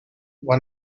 one